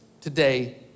today